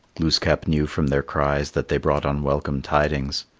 glooskap knew from their cries that they brought unwelcome tidings.